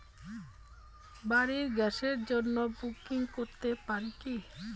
বাড়ির গ্যাসের জন্য বুকিং করতে পারি কি?